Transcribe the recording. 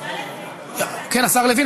אנחנו עוברים,